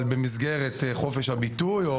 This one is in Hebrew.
אבל במסגרת חופש הביטוי.